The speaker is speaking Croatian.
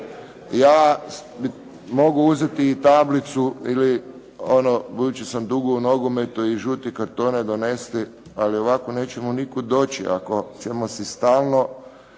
Ja mogu uzeti i tablicu ili ono budući sam dugo u nogometu i žute kartone donesti. Ali ovako nećemo nikud doći ako ćemo si stalno